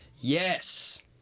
Yes